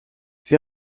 sie